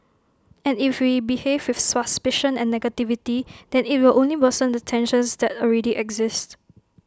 and if we behave with suspicion and negativity then IT will only worsen the tensions that already exist